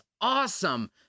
awesome